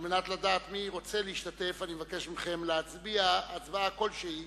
על מנת לדעת מי רוצה להשתתף אני מבקש מכם להצביע הצבעה כלשהי,